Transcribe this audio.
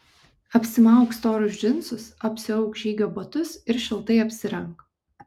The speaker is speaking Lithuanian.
apsimauk storus džinsus apsiauk žygio batus ir šiltai apsirenk